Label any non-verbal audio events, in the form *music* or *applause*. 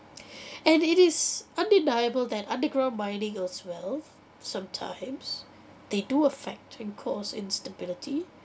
*breath* and it is undeniable that underground mining as well sometimes they do affect and cause instability